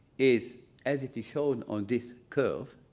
is as it is shown on this curve,